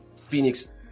Phoenix